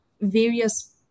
various